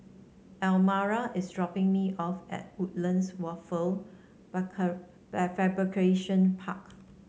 Almira is dropping me off at Woodlands Wafer Fabrication Park